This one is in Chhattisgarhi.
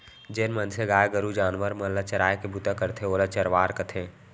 जेन मनसे गाय गरू जानवर मन ल चराय के बूता करथे ओला चरवार कथें